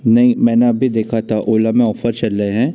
नहीं मैंने अभी देखा था ओला में ऑफर चल रहे हैं